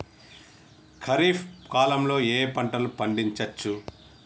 ఖరీఫ్ కాలంలో ఏ ఏ పంటలు పండించచ్చు?